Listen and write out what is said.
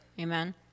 Amen